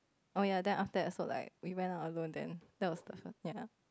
oh ya then after that also like we went out alone then that was the first ya